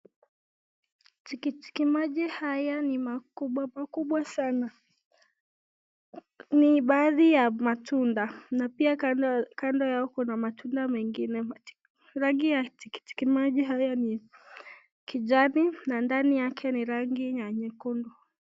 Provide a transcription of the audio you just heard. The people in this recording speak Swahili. Tikiti maji haya ni makubwa makubwa sana, ni baadhi ya matunda na pia kando yao kuna matunda mengine, rangi ya tikiti maji haya ni kijani na ndani yake ni rangi ya nyekundu.